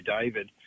David